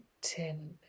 ten